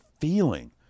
feeling